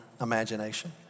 imagination